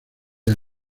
del